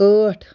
ٲٹھ